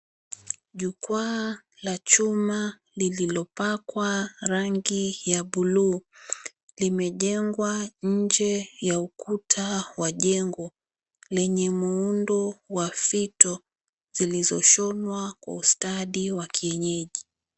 Jukwaa la chuma lililopakwa rangi ya blue limejengwa nje ya ukuta wa jengo, lenye muundo wa fito zilizoshonwa kwa ustadi wa kienyeji.